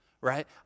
right